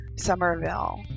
Somerville